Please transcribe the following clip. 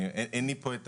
אין לי פה את